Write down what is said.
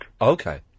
Okay